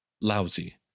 lousy